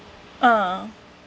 ah